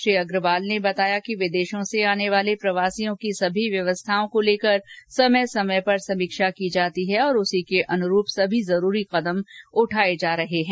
श्री अग्रवाल ने बताया कि विदेशों से आने वाले प्रवासियों की सभी व्यवस्थाओं को लेकर समय समय पर समीक्षा की जाती है और उसी के अनुरूप सभी जरूरी कदम उठाए जा रहे हैं